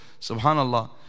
Subhanallah